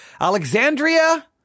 Alexandria